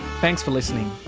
thanks for listening